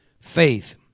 Faith